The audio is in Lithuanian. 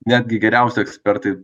netgi geriausi ekspertai